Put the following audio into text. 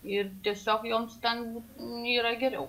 ir tiesiog joms ten yra geriau